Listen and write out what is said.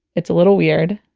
it's a little weird.